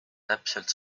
täpselt